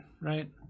right